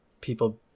people